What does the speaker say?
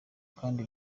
kandi